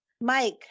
Mike